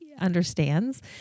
understands